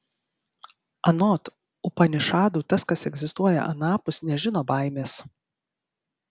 anot upanišadų tas kas egzistuoja anapus nežino baimės